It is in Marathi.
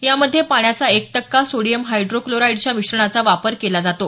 यामध्ये पाण्यात एक टक्का सोडियम हायड्रोक्लोराईडच्या मिश्रणाचा वापर केला जातो